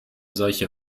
solche